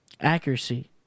accuracy